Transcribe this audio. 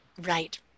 Right